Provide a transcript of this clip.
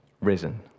risen